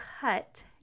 cut